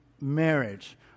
marriage